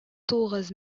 тугыз